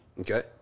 Okay